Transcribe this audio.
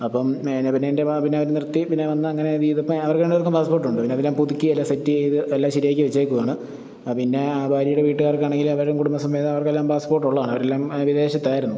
അപ്പം എന്നാ പിന്നെന്റെ വാ പിന്നവര് നിർത്തി പിന്നെ വന്നങ്ങനെ ലീവ് ഇപ്പം അവർക്ക് രണ്ട് പേർക്കും പാസ്പോർട്ട് ഉണ്ട് പിന്നെ എല്ലാം പുതുക്കി എല്ലാം സെറ്റ് ചെയ്ത് എല്ലാം ശരിയാക്കി വെച്ചേക്കുവാണ് ആ പിന്നെ ഭാര്യയുടെ വീട്ടുകാർക്കാണെങ്കിലും എല്ലാവരും കുടുംബസമേതം അവർക്കെല്ലാം പാസ്പോർട്ട് ഉള്ളതാണ് അവരെല്ലാം വിദേശത്തായിരുന്നു